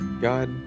God